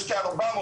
יש כ-400,